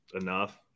Enough